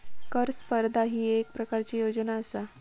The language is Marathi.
कर स्पर्धा ही येक प्रकारची योजना आसा